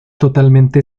totalmente